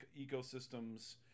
ecosystems